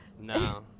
No